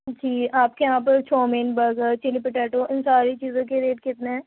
جی آپ کے یہاں پر چومین برگر چلی پٹیٹو اِن سارے چیزوں کے ریٹ کتنے ہیں